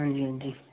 हां जी हां जी